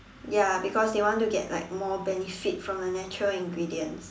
ya because they want to get like more benefit from the natural ingredients